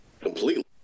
completely